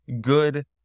good